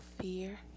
fear